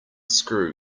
screw